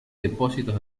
depósitos